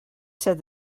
said